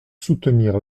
soutenir